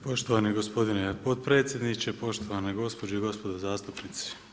Poštovani gospodine potpredsjedniče, poštovane gospođe i gospodo zastupnici.